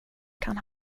kan